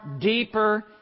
deeper